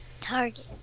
Target